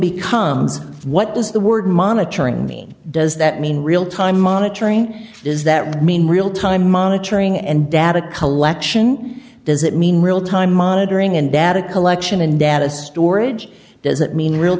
becomes what does the word monitoring mean does that mean real time monitoring does that mean real time monitoring and data collection does it mean real time monitoring and data collection and data storage does that mean real